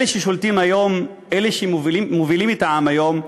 אלה ששולטים היום, אלה שמובילים את העם היום,